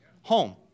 home